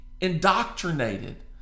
indoctrinated